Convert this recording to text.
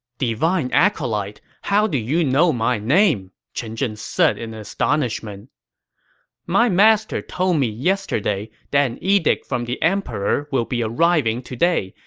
divine acolyte, how do you know my name! chen zhen said in astonishment my master told me yesterday that an edict from the emperor will be arriving today,